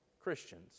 Christians